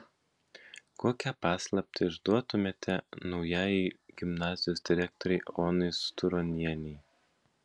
kokią paslaptį išduotumėte naujajai gimnazijos direktorei onai sturonienei